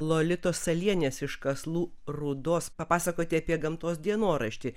lolitos salienės iš kazlų rūdos papasakoti apie gamtos dienoraštį